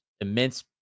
immense